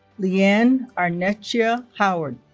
leanne arnecia howard